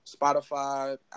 Spotify